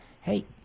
hey